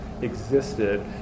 existed